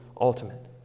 ultimate